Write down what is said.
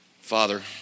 Father